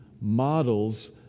models